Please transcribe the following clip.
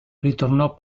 ritornò